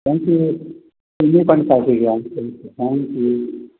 thank you तुम्ही पण काळजी घ्या थँक्यू